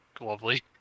lovely